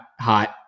hot